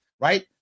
right